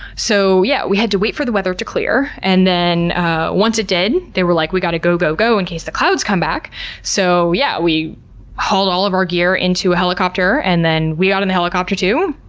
so yeah we had to wait for the weather to clear, and then once it did they were like, we gotta go, go, go, in case the clouds come back. so, yeah, we hauled all of our gear into a helicopter and then we got in the helicopter too.